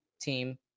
team